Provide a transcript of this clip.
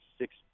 six